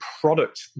product